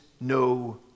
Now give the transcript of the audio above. no